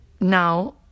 now